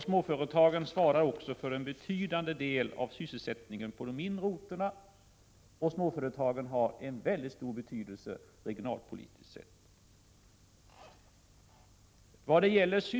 Småföretagen svarar för en betydande del av sysselsättningen på de mindre orterna, och småföretagen har en mycket stor betydelse regionalpolitiskt sett.